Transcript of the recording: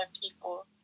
people